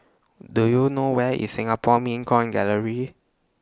Do YOU know Where IS Singapore Mint Coin Gallery